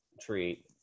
treat